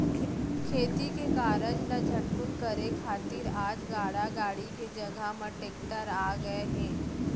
खेती के कारज ल झटकुन करे खातिर आज गाड़ा गाड़ी के जघा म टेक्टर आ गए हे